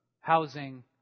housing